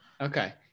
Okay